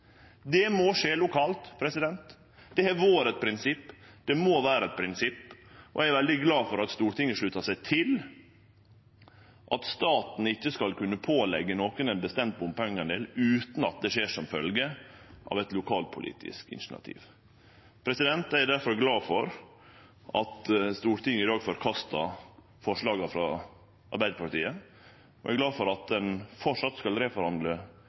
Det må skje lokalt. Det har vore eit prinsipp, og det må vere eit prinsipp, og eg er veldig glad for at Stortinget sluttar seg til at staten ikkje skal kunne påleggje nokon ein bestemt del bompengar utan at det skjer som følgje av eit lokalpolitisk initiativ. Eg er difor glad for at Stortinget i dag forkastar forslaga frå Arbeidarpartiet, og eg er glad for at ein framleis skal